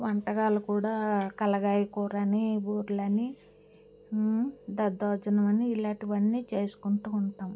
వంటకాలు కూడా కలగాయకూరని బూరెలని దద్దోజనం అని ఇలాంటివన్నీ చేసుకుంటూ ఉంటాం